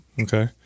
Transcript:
Okay